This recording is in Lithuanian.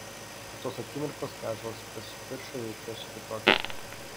nuo tos akimirkos kai ąžuolas pasipiršo jaučiuosi kitokia